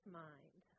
mind